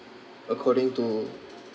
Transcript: according to